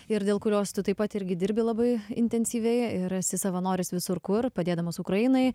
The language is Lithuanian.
ir dėl kurios tu taip pat irgi dirbi labai intensyviai ir esi savanoris visur kur padėdamas ukrainai